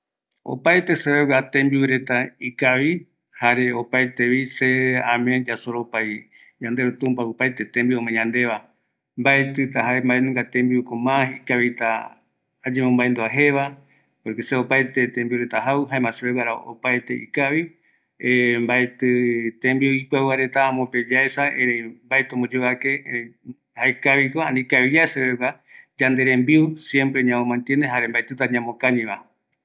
Seveguara opaete tembiureta ikavi, ñamee ramboeve yasoropai tumpape tembiu omee yandeveva, mabetɨ ayembo maeduata kianunga tembiure, opaete ikavi, oime tembiu yaesaramova ikaviko, ereï yanderembiuae seveguara ngara ñamokañi